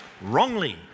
wrongly